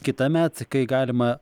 kitąmet kai galima